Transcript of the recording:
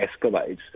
escalates